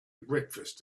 breakfast